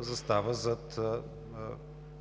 застава зад